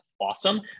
awesome